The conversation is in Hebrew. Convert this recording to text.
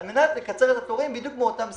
על מנת לקצר את התורים בדיוק מאותן סיבות.